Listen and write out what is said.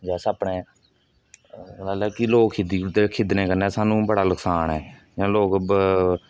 अस अपने मतलब कि लोक खिद्धी ओड़दे खिद्धने कन्नै सानूं बड़ा नकसान ऐ जियां लोक